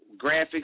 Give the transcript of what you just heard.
Graphics